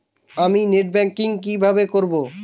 আমি net banking কিভাবে করব?